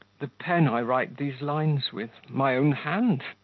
the pen i write these lines with, my own hand,